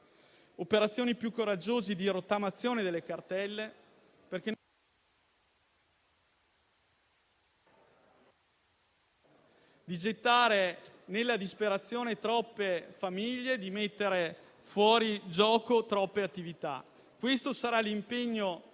operazioni più coraggiose di rottamazione delle cartelle, altrimenti si rischia di gettare nella disperazione troppe famiglie, di mettere fuori gioco troppe attività. Questo, credo, sarà l'impegno